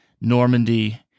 Normandy